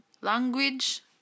Language